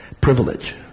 privilege